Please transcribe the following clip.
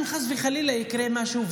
אם חס וחלילה יקרה משהו,